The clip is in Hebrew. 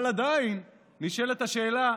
אבל עדיין נשאלת השאלה: